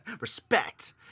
Respect